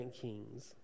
Kings